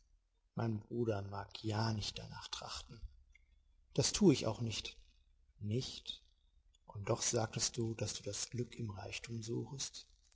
mein bruder mag ja nicht danach trachten das tu ich auch nicht nicht und doch sagtest du daß du das glück im reichtum suchest